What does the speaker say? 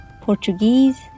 Portuguese